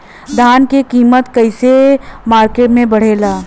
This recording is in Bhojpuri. धान क कीमत कईसे मार्केट में बड़ेला?